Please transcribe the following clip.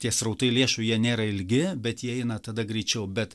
tie srautai lėšų jie nėra ilgi bet jie eina tada greičiau bet